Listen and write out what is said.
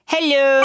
Hello